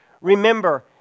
Remember